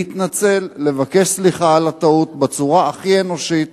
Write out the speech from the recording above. להתנצל, לבקש סליחה על הטעות בצורה הכי אנושית,